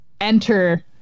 enter